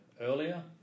Earlier